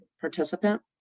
participant